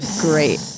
great